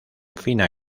fina